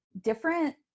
different